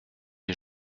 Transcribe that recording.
les